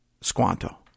Squanto